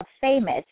famous